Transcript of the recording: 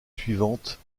suivantes